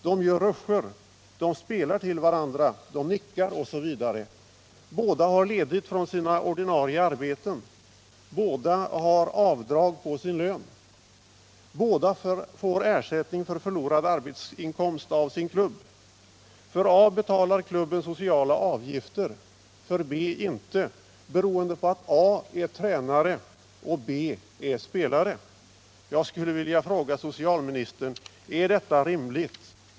De gör ruscher, de spelar till varandra, de nickar osv. Båda har ledigt från sina ordinarie arbeten. Båda har avdrag på sin lön. Båda får ersättning av sin klubb för förlorad arbetsinkomst. För A betalar klubben sociala avgifter, för B inte — beroende på att A är tränare och B är spelare. Jag skulle vilja fråga socialministern: Är detta rimligt?